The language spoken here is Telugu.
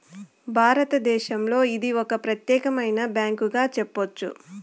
భారతదేశంలో ఇది ఒక ప్రత్యేకమైన బ్యాంకుగా చెప్పొచ్చు